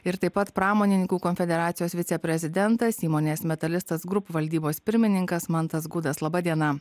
ir taip pat pramonininkų konfederacijos viceprezidentas įmonės metalistas group valdybos pirmininkas mantas gudas laba diena